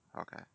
okay